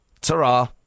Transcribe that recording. ta-ra